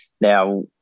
Now